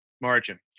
margin